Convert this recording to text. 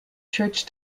church